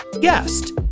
guest